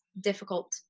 difficult